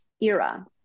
era